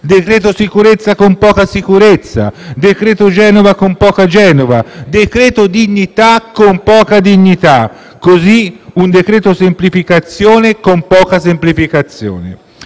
decreto sicurezza con poca sicurezza, decreto Genova con poca Genova, decreto dignità con poca dignità, così un decreto semplificazione con poca semplificazione.